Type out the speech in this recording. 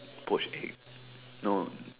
poached egg no